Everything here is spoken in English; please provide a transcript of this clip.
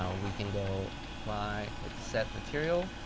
ah we can go apply, it's set material,